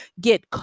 get